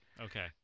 Okay